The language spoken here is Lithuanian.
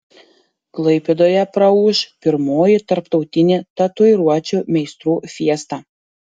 klaipėdoje praūš pirmoji tarptautinė tatuiruočių meistrų fiesta